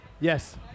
Yes